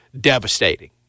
devastating